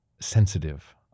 sensitive